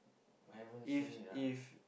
I haven't seen it ah